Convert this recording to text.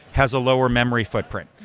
has a lower memory footprint.